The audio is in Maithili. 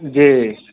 जी